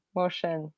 motion